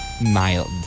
mild